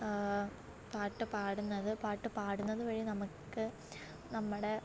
പാട്ട് പാടുന്നത് പാട്ട് പാടുന്നത് വഴി നമുക്ക് നമ്മുടെ